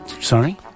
sorry